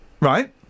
right